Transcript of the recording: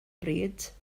bryd